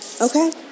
Okay